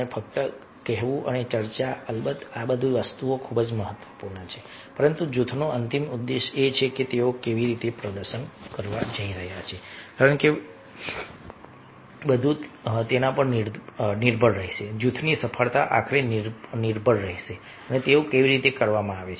કારણ કે ફક્ત કહેવું અને ચર્ચા અલબત્ત આ વસ્તુઓ ખૂબ જ મહત્વપૂર્ણ છે પરંતુ જૂથનો અંતિમ ઉદ્દેશ એ છે કે તેઓ કેવી રીતે પ્રદર્શન કરવા જઈ રહ્યા છે કારણ કે બધું જ નિર્ભર રહેશે જૂથની સફળતા આખરે નિર્ભર રહેશે કે તેઓ કેવી રીતે કરવામાં આવે છે